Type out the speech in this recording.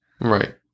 Right